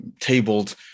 Tabled